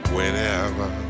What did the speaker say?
Whenever